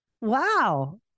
Wow